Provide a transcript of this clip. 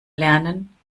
lernen